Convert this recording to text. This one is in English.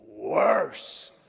worse